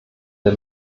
der